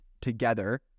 together